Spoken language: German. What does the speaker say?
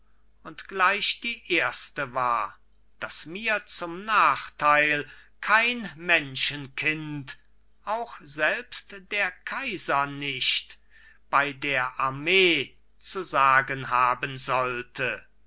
und gleich die erste war daß mir zum nachteil kein menschenkind auch selbst der kaiser nicht bei der armee zu sagen haben sollte